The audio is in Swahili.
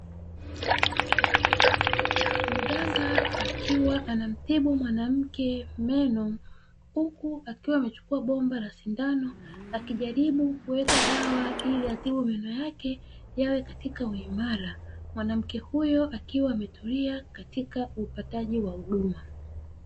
Mganga akiwa anamtibu mwanamke meno, huku akiwa amechukua bomba la sindano akijaribu kuweka dawa ili atibu meno yake yawe katika uimara, mwanamke huyo akiwa ametulia katika upataji wa huduma.